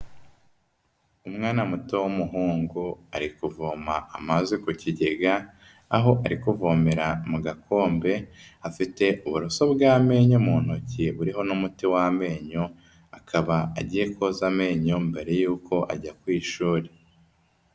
Umwana muto w'umuhungu ari kuvoma amaze ku kigega, aho ari kuvomera mu gakombe afite uburoso bw'amenyo mu ntoki buriho n'umuti w'amenyo, akaba agiye koza amenyo mbere yuko ajya ku ishuri.